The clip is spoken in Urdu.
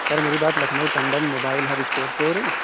سر میری بات Lucknow Tandon mobile hub store سے ہو رہی